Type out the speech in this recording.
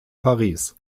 paris